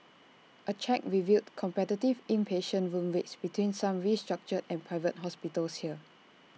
A check revealed competitive inpatient room rates between some restructured and Private Hospitals here